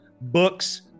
books